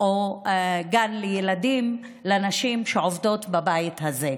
או גן לילדים של נשים שעובדות בבית הזה.